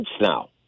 now